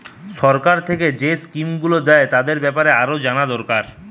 সরকার থিকে যেই স্কিম গুলো দ্যায় তাদের বেপারে আরো জানা দোরকার